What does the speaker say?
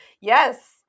Yes